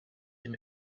him